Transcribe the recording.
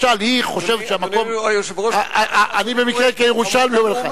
אני במקרה כירושלמי אומר לך.